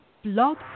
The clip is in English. blog